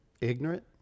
ignorant